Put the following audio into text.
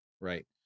Right